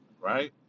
Right